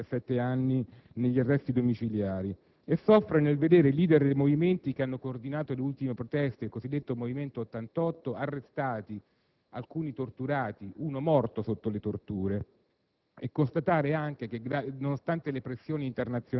premio Nobel per la pace, che ha passato undici degli ultimi diciassette anni agli arresti domiciliari, e che soffre nel vedere i *leader* dei movimenti che hanno coordinato le ultime proteste, il cosiddetto Movimento 88, arrestati, alcuni torturati (uno morto sotto le torture),